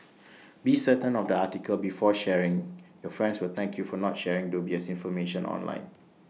be certain of the article before sharing your friends will thank you for not sharing dubious information online